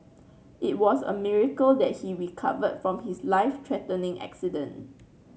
it was a miracle that he recovered from his life threatening accident